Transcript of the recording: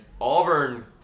Auburn